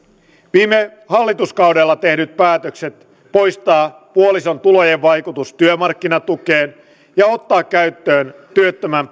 viime hallituskaudella tehdyt päätökset poistaa puolison tulojen vaikutus työmarkkinatukeen ja ottaa käyttöön työttömän